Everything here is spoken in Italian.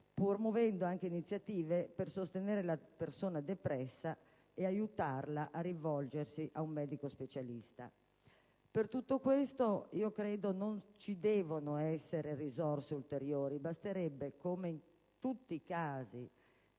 promuovendo anche iniziative per sostenere la persona depressa ed aiutarla a rivolgersi ad un medico specialista. Per tutto questo non credo ci debbano essere risorse ulteriori. Si parla dei cosiddetti tagli